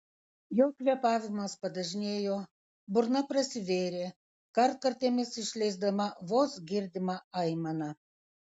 jo kvėpavimas padažnėjo burna prasivėrė kartkartėmis išleisdama vos girdimą aimaną